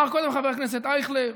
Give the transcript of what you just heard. אמר קודם חבר הכנסת אייכלר: